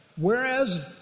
Whereas